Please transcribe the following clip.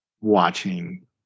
watching